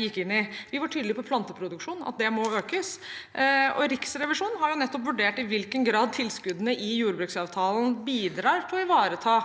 gikk inn i. Vi var tydelig på planteproduksjonen, at den må økes. Riksrevisjonen har nettopp vurdert i hvilken grad tilskuddene i jordbruksavtalen bi drar til å ivareta